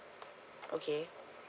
okay